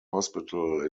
hospital